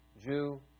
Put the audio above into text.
Jew